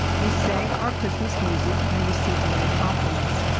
we sang our christmas music, and received many compliments.